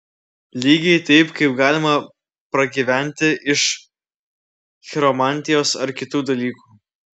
lygiai taip kaip galima pragyventi iš chiromantijos ar kitų dalykų